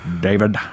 David